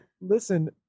listen